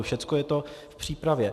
Všechno je to v přípravě.